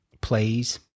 plays